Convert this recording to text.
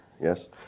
yes